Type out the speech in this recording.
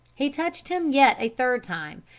he touched him yet a third time,